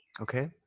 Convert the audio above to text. okay